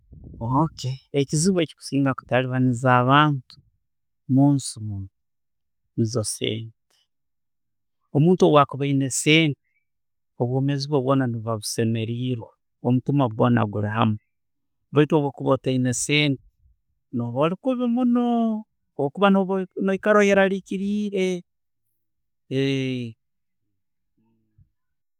Ebisinga kutabaniiza abantu munsi niizo sente. Omuntu bakuuba ayiine sente, obwomeezi bwoona nebuuba busemereirwe, omutiima gwoona guli hamu baitu bokaba otayiina sente, no'ba oli kuubi munno